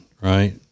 Right